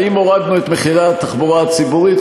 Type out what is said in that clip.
האם הורדנו את מחירי התחבורה הציבורית,